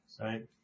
right